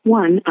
one